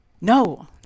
No